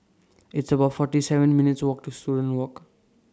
It's about forty seven minutes' Walk to Student Walk